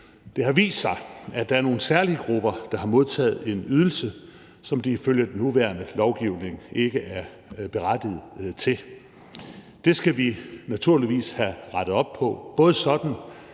det har vist sig, at der er nogle særlige grupper, der har modtaget en ydelse, som de ifølge den nuværende lovgivning ikke er berettiget til. Det skal vi naturligvis have rettet op på, sådan